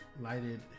lighted